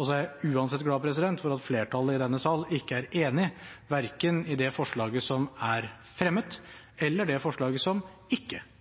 Jeg er uansett glad for at flertallet i denne sal ikke er enig i verken det forslaget som er fremmet, eller det forslaget som ikke